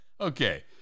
Okay